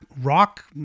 rock